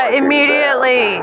immediately